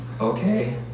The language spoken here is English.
okay